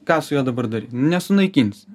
ką su juo dabar daryt nesunaikinsi